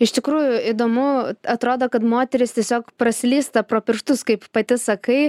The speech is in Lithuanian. iš tikrųjų įdomu atrodo kad moterys tiesiog praslysta pro pirštus kaip pati sakai